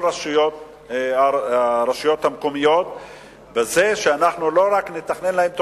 הרשויות המקומיות בזה שאנחנו לא רק נתכנן להם תוכניות,